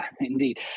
indeed